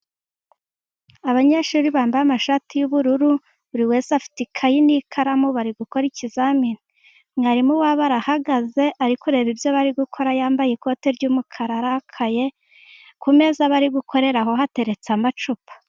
Abanyeshuri bambaye amashati y'ubururu, buri wese afite ikayi n'ikaramu, bari gukora ikizamini, mwarimu wabo arahagaze ariko kureba ibyo bari gukora, yambaye ikote ry'umukara arakaye ,ku meza bari gukoreraho hateretse amacupa.